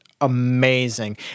amazing